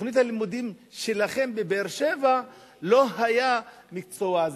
בתוכנית הלימודים שלכם בבאר-שבע לא היה מקצוע זה.